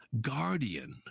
guardian